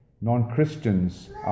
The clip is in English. non-Christians